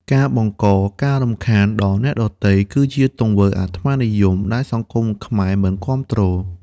ការបង្កការរំខានដល់អ្នកដទៃ គឺជាទង្វើអាត្មានិយមដែលសង្គមខ្មែរមិនគាំទ្រ។